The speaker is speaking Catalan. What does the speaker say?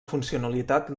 funcionalitat